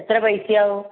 എത്ര പൈസയാകും